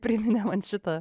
priminė man šitą